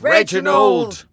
Reginald